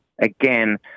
Again